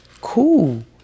cool